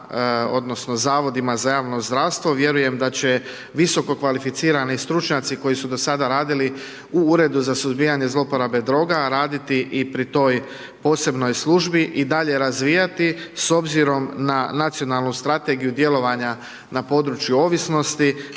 odnosno, zavodima za javno zdravstvo, vjerujem da će visoko kvalificirani stručnjaci koji su do sada radili u Uredu za suzbijanje zlouporabe droga, raditi i pri toj posebnoj službi i dalje razvijati, s obzirom na nacionalnu strategiju i djelovanja na području ovisnosti,